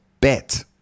bet